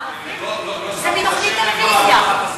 זה מתוכנית טלוויזיה.